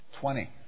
Twenty